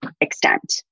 extent